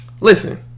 Listen